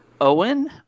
owen